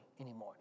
anymore